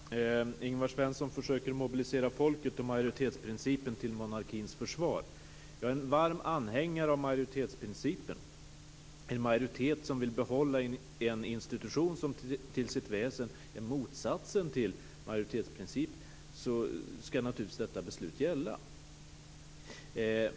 Fru talman! Ingvar Svensson försöker mobilisera folket och majoritetsprincipen till monarkins försvar. Jag är en varm anhängare av majoritetsprincipen. Vill en majoritet behålla den institution som till sitt väsen är motsatsen till majoritetsprincipen, ska naturligtvis dess uppfattning gälla.